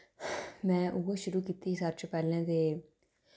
में उ'ऐ शुरू कीती सारें शा पैह्लें ते